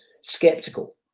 skeptical